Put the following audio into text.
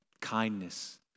kindness